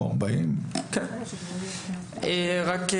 או 40. מיכל,